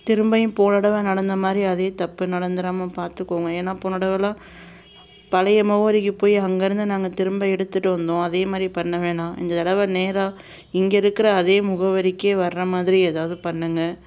திரும்பவும் போன தடவை நடந்த மாதிரி அதே தப்பு நடந்துடாம பார்த்துக்கோங்க ஏன்னால் போன தடவைலாம் பழைய முகவரிக்கு போய் அங்கே இருந்து நாங்கள் திரும்ப எடுத்துகிட்டு வந்தோம் அதே மாதிரி பண்ண வேணாம் இந்த தடவை நேராக இங்கே இருக்கிற அதே முகவரிக்கே வர்ற மாதிரி ஏதாவது பண்ணுங்கள்